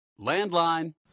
Landline